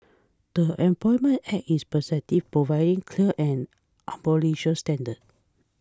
the Employment Act is prescriptive providing clear and unambiguous standards